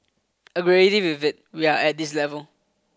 already with it we are at this level